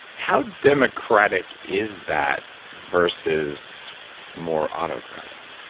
how democratic is that versus more autocratic?